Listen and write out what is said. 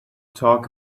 talk